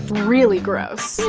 really gross.